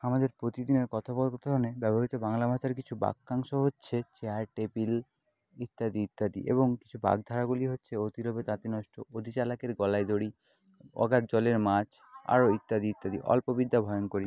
আমাদের প্রতিদিনের কথোপকথনে ব্যবহৃত বাংলা ভাষার কিছু বাক্যাংশ হচ্ছে ইত্যাদি ইত্যাদি এবং কিছু বাকধারাগুলি হচ্ছে অতি লোভে তাঁতি নষ্ট অতি চালাকের গলায় দড়ি অগাধ জলের মাছ আরও ইত্যাদি ইত্যাদি অল্প বিদ্যা ভয়ঙ্করী